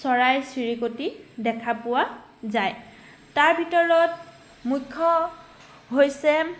চৰাই চিৰিকটি দেখা পোৱা যায় তাৰ ভিতৰত মুখ্য হৈছে